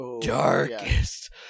darkest